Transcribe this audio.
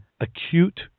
acute